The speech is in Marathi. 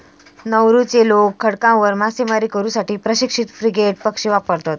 नौरूचे लोक खडकांवर मासेमारी करू साठी प्रशिक्षित फ्रिगेट पक्षी वापरतत